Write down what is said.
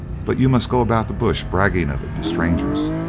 but you must go about the bush bragging of it to strangers,